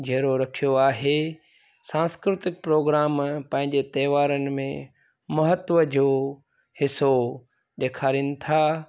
जीअरो रखियो आहे सांस्कृतिक प्रोग्राम पंहिंजे त्योहारनि में महत्व जो हिसो ॾेखारीनि था